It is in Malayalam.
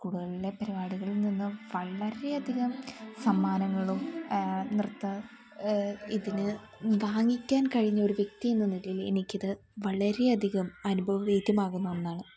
സ്കൂളുകളിലെ പരിപാടുകളിൽ നിന്നും വളരെയധികം സമ്മാനങ്ങളും നൃത്തം ഇതിന് വാങ്ങിക്കാൻ കഴിഞ്ഞ ഒരു വ്യക്തി എന്ന നിലയിൽ എനിക്ക് ഇത് വളരെയധികം അനുഭവേദ്യമാകുന്ന ഒന്നാണ്